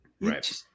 right